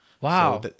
Wow